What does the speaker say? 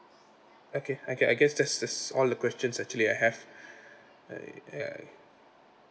okay okay I guess that's that's all the questions actually I have uh uh